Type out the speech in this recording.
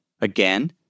again